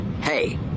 Hey